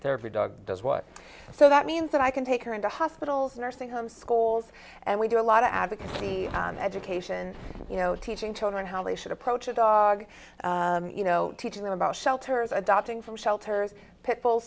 therapy dog does what so that means that i can take her into hospitals nursing her schools and we do a lot of advocacy on education you know teaching children how they should approach a dog you know teaching them about shelters adopting from shelters pit bull